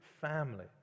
family